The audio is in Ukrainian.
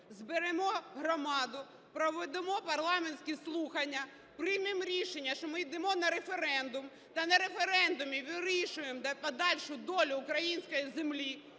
зберемо громаду, проведемо парламентські слухання, приймемо рішення, що ми йдемо на референдум та на референдумі вирішимо подальшу долю української землі.